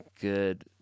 good